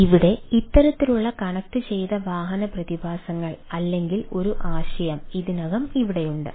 ഇപ്പോൾ ഇവിടെ ഇത്തരത്തിലുള്ള കണക്റ്റുചെയ്ത വാഹന പ്രതിഭാസങ്ങൾ അല്ലെങ്കിൽ ഒരു ആശയം ഇതിനകം ഇവിടെയുണ്ട്